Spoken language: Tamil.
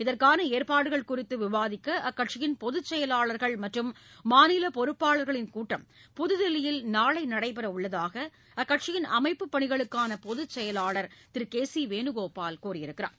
இதற்கான ஏற்பாடுகள் குறித்து விவாதிக்க அக்கட்சியின் பொதுச்செயலாளர்கள் மற்றும் மாநில பொறுப்பாளர்களின் கூட்டம் புதுதில்லியில் நாளை நடைபெற உள்ளதாக அக்கட்சியிள் அமைப்பு பணிகளுக்கான பொதுச்செயலாளர் திரு கே சி வேணுகோபால் தெரிவித்துள்ளார்